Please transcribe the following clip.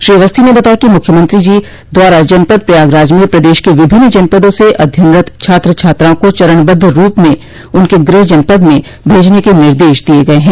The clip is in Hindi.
श्री अवस्थी ने बताया कि मुख्यमंत्री जी द्वारा जनपद प्रयागराज में प्रदेश के विभिन्न जनपदों से अध्ययनरत छात्र छात्राओं को चरणबद्ध रूप में उनके गृह जनपद में भेजने के निर्देश दिये गये हैं